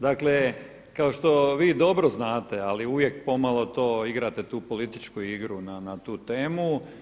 Dakle, kao što vi dobro znate, ali uvijek pomalo to igrate tu političku igru na tu temu.